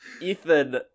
Ethan